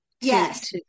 yes